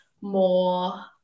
more